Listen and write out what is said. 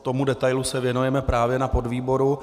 Tomu detailu se věnujeme právě na podvýboru.